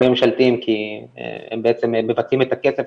הממשלתיים כי הם בעצם מבצעים את הכסף,